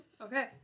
Okay